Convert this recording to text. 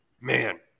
Man